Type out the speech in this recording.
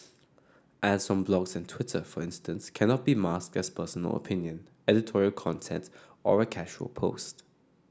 ads on blogs and Twitter for instance cannot be masked as personal opinion editorial content or a casual post